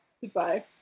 goodbye